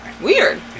Weird